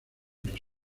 los